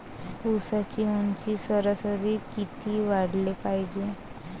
ऊसाची ऊंची सरासरी किती वाढाले पायजे?